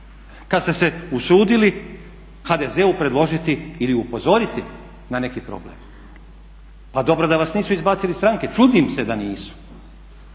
kad ste se usudili HDZ-u predložili ili upozoriti na neki problem. pa dobro da vas nisu izbacili iz stranke, čudim se da nisu